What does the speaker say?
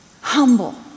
humble